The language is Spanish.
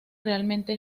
realmente